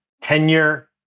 tenure